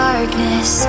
Darkness